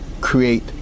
create